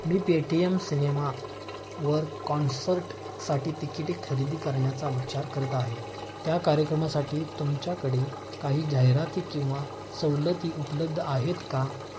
मी Paytm सिनेमावर कॉन्सर्टसाठी तिकिटी खरेदी करण्याचा विचार करत आहे त्या कार्यक्रमासाठी तुमच्याकडे काही जाहिराती किंवा सवलती उपलब्ध आहेत का